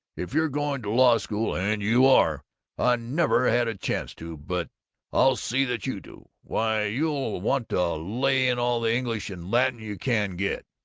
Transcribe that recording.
if you're going to law-school and you are i never had a chance to, but i'll see that you do why, you'll want to lay in all the english and latin you can get.